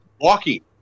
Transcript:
walking